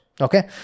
okay